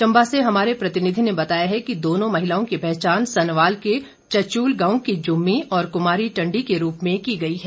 चंबा से हमारे प्रतिनिधि ने बताया है कि दोनों महिलाओं की पहचान सनवाल के चचूल गांव की जुम्मी और कुमारी टंडी के रूप में की गई है